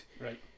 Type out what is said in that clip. right